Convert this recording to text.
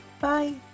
Bye